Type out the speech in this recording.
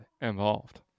involved